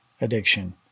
addiction